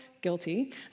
guilty